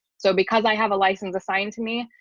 so because i have a license assigned to me,